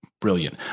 brilliant